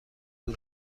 دور